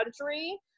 country